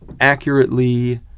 accurately